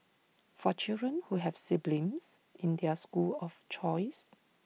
for children who have siblings in their school of choice